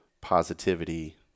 positivity